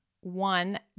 one